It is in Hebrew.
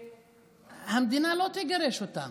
והמדינה לא תגרש אותן,